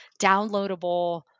downloadable